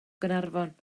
gaernarfon